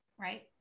right